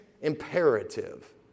imperative